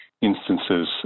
instances